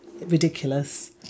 ridiculous